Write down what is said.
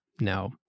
No